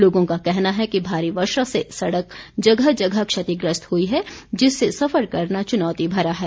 लोगों का कहना है कि भारी वर्षा से सड़क जगह जगह क्षेतिग्रस्त हुई है जिससे सफर करना चुनौती भरा है